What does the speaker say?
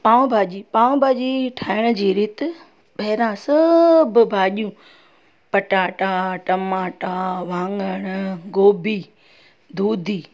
पाव भाॼी पाव भाॼी ठाहिण जी रीत पहिरां सभु भाॼियूं पटाटा टमाटा वांॻण गोभी दुधी